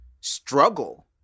struggle